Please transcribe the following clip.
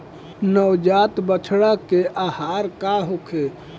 नवजात बछड़ा के आहार का होखे?